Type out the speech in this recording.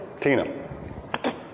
Tina